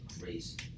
crazy